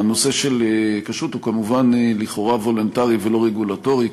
הנושא של כשרות הוא לכאורה וולונטרי ולא רגולטורי.